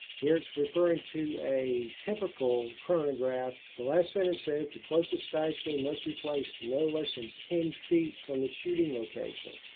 here it's referring to a typical chronograph. the last sentence says the closest sky screen must be placed no less than and ten feet from the shooting location.